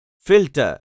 filter